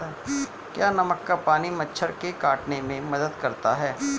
क्या नमक का पानी मच्छर के काटने में मदद करता है?